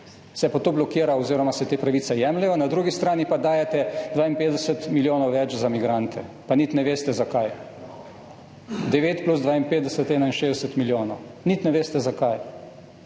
se pa to blokira oziroma se te pravice jemljejo. Na drugi strani pa dajete 52 milijonov več za migrante, pa niti ne veste, za kaj. 9 plus 52, 61 milijonov, niti ne veste, za kaj.